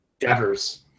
Devers